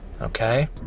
okay